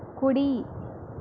కుడి